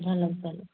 झाला चालेल